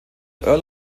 earl